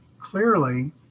clearly